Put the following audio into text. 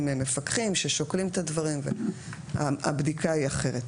מפקחים ששוקלים את הדברים והבדיקה היא אחרת.